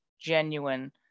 genuine